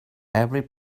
every